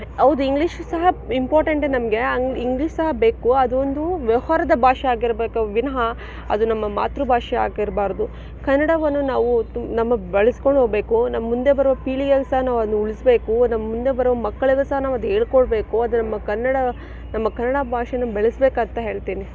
ಹೌದು ಇಂಗ್ಲೀಷು ಸಹ ಇಂಪಾರ್ಟೆಂಟೆ ನಮಗೆ ಇಂಗ್ಲೀಷ್ ಸಹ ಬೇಕು ಅದು ಒಂದು ವ್ಯವಹಾರದ ಭಾಷೆ ಆಗಿರ್ಬೇಕೆ ವಿನಃ ಅದು ನಮ್ಮ ಮಾತೃಭಾಷೆ ಆಗಿರಬಾರ್ದು ಕನ್ನಡವನ್ನು ನಾವು ನಮ್ಮ ಬಳ್ಸ್ಕೊಂಡು ಹೋಗ್ಬೇಕು ನಮ್ಮ ಮುಂದೆ ಬರೊ ಪೀಳಿಗೆಯಲ್ ಸಹ ನಾವದ್ನ ಉಳ್ಸ್ಬೇಕು ನಮ್ಮ ಮುಂದೆ ಬರೊ ಮಕ್ಕಳಿಗೂ ಸಹ ನಾವು ಹೇಳ್ಕೊಡ್ಬೇಕು ಅದು ನಮ್ಮ ಕನ್ನಡ ನಮ್ಮ ಕನ್ನಡ ಭಾಷೆನ ಬೆಳೆಸ್ಬೇಕು ಅಂತ ಹೇಳ್ತೀನಿ